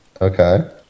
Okay